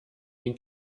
den